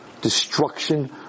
Destruction